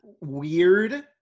weird